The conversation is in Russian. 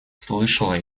слышала